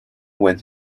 when